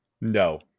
No